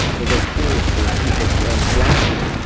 although curiously in people born blind,